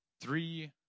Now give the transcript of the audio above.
three